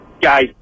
Guys